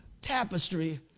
tapestry